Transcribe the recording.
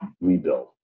rebuild